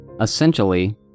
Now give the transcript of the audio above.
essentially